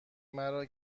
مرا